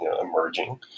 emerging